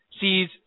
sees